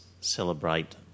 celebrate